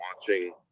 watching